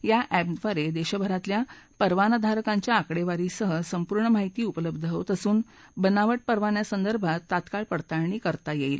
या अॅपद्वारे देशभरातल्या परवाना धारकांच्या आकडेवारीसह संपूर्ण माहिती उपलब्ध होत असून बनावट परवान्यासंदर्भात तात्काळ पडताळणी करता येऊ शकेल